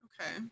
Okay